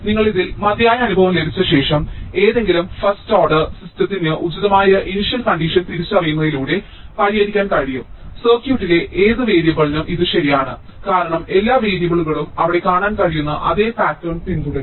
നിങ്ങൾക്ക് ഇതിൽ മതിയായ അനുഭവം ലഭിച്ച ശേഷം ഏതെങ്കിലും ഫസ്റ്റ് ഓർഡർ സിസ്റ്റത്തിൽ ഉചിതമായ ഇനിഷ്യൽ കണ്ടിഷൻ തിരിച്ചറിയുന്നതിലൂടെ പരിഹരിക്കാൻ കഴിയും സർക്യൂട്ടിലെ ഏത് വേരിയബിളിനും ഇത് ശരിയാണ് കാരണം എല്ലാ വേരിയബിളുകളും അവിടെ കാണാൻ കഴിയുന്ന അതേ പാറ്റേൺ പിന്തുടരും